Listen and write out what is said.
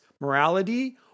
morality